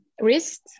wrist